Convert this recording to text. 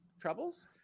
troubles